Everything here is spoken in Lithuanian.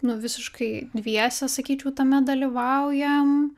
nu visiškai dviese sakyčiau tame dalyvaujam